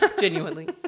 Genuinely